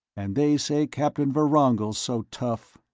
and they say captain vorongil's so tough!